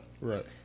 Right